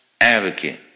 advocate